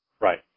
right